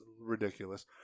ridiculous